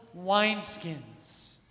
wineskins